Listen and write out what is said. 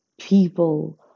people